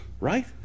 Right